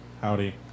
Howdy